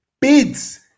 bids